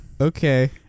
Okay